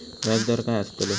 व्याज दर काय आस्तलो?